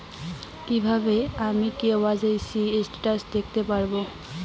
কিভাবে আমি KYC status দেখতে পারবো?